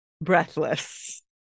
breathless